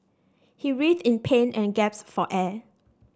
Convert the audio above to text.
he writhed in pain and gasped for air